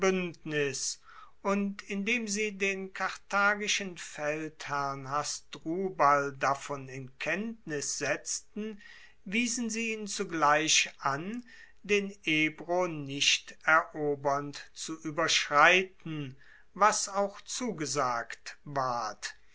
und indem sie den karthagischen feldherrn hasdrubal davon in kenntnis setzten wiesen sie ihn zugleich an den ebro nicht erobernd zu ueberschreiten was auch zugesagt ward